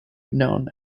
known